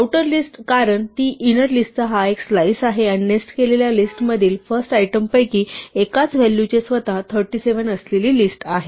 outer list कारण ती inner list चा एक स्लाइस आहे आणि नेस्ट केलेल्या लिस्टतील फर्स्ट आयटमपैकी एकाचे व्हॅल्यू स्वतः 37 असलेली लिस्ट आहे